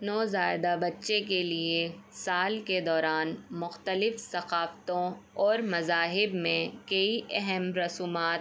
نو زائدہ بچے کے لیے سال کے دوران مختلف ثقافتوں اور مذاہب میں کئی اہم رسومات